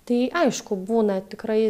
tai aišku būna tikrai